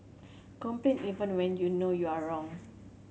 complain even when you know you are wrong